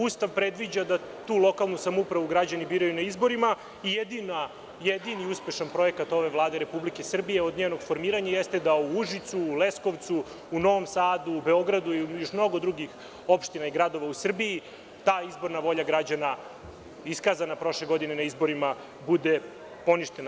Ustav predviđa da tu lokalnu samoupravu građani biraju na izborima i jedini uspešan projekat ove vlade Republike Srbijeod njenog formiranja jeste da u Užicu, Leskovcu, u Novom Sadu, Beogradu i u mnogim drugim gradovima u Srbiji ta izborna volja građana iskazana prošle godine na izborima, bude poništena.